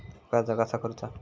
कर्ज कसा करूचा?